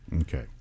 Okay